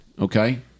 Okay